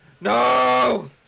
No